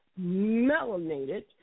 melanated